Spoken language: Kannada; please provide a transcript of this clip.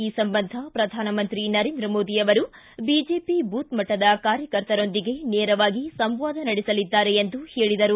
ಈ ಸಂಬಂಧ ಪ್ರಧಾನಮಂತ್ರಿ ನರೇಂದ್ರ ಮೋದಿ ಅವರು ಬಿಜೆಪಿ ಬೂತ್ ಮಟ್ಟದ ಕಾರ್ಯಕರ್ತರೊಂದಿಗೆ ನೇರವಾಗಿ ಸಂವಾದ ನಡೆಸಲಿದ್ದಾರೆ ಎಂದು ಹೇಳಿದರು